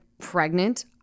pregnant